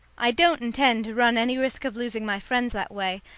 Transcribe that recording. i don't intend to run any risk of losing my friends that way,